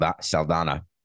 Saldana